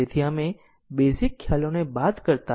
તેથી જલદી એક b પૂર્ણ કરે છે